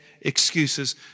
excuses